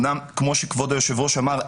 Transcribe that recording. אמנם כמו שכבוד היושב-ראש אמר,